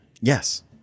Yes